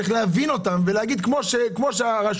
על פי מודל זה בנינו מחדש את טבלאות ההקצאה כדלהלן: השתתפות הרשות